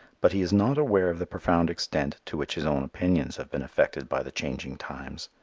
but he is not aware of the profound extent to which his own opinions have been affected by the changing times.